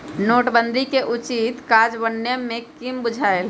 नोटबन्दि के उचित काजन्वयन में कम्मि बुझायल